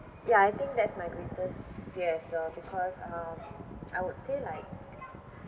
ya I think that's my greatest fear as well because um I would say like